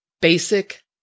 basic